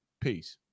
Peace